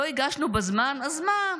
לא הגשנו בזמן, אז מה?